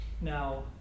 Now